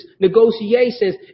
negotiations